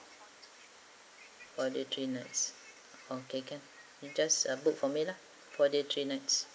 four day three nights okay can you just a book for me lah four days three nights